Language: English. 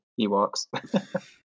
Ewoks